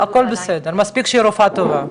לא, הכל בסדר, מספיק שהיא רופאה טובה.